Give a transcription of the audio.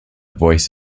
voice